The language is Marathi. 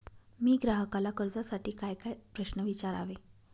मी ग्राहकाला कर्जासाठी कायकाय प्रश्न विचारावे?